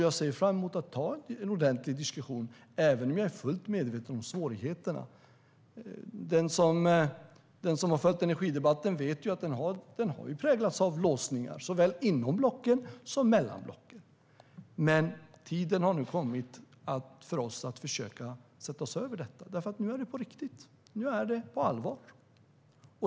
Jag ser fram emot att ta en ordentlig diskussion, även om jag är fullt medveten om svårigheterna. Den som har följt energidebatten vet att den har präglats av låsningar, såväl inom blocken som mellan blocken. Men tiden har nu kommit för oss att försöka sätta oss över detta, för nu är det allvar.